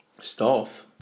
Staff